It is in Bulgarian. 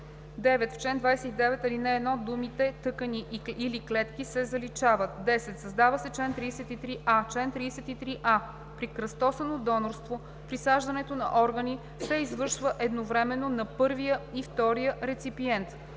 9. В чл. 29, ал. 1 думите „тъкани или клетки“ се заличават. 10. Създава се чл. 33а: „Чл. 33а. При кръстосано донорство присаждането на органи се извършва едновременно на първия и втория реципиент.“